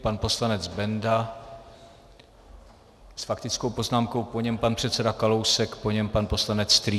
Pan poslanec Benda s faktickou poznámkou, po něm pan předseda Kalousek, po něm pan poslanec Strýček.